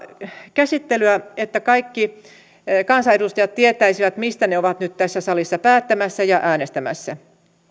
käsittelyä että kaikki kansanedustajat tietäisivät mistä he ovat nyt tässä salissa päättämässä ja äänestämässä